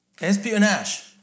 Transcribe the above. Espionage